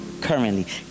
currently